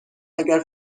اگر